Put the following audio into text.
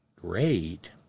Great